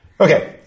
Okay